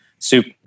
Super